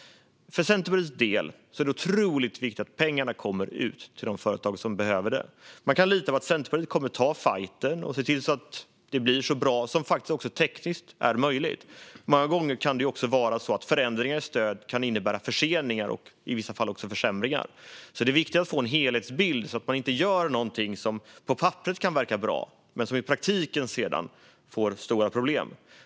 För Centerpartiets del är det otroligt viktigt att pengarna kommer ut till de företag som behöver dem. Man kan lita på att Centerpartiet kommer att ta fajten och se till att det blir så bra som det tekniskt är möjligt. Många gånger kan det vara så att förändringar i stöd innebär förseningar och i vissa fall också försämringar. Det är alltså viktigt att få en helhetsbild, så att man inte gör någonting som på papperet kan verka bra men som i praktiken sedan leder till stora problem.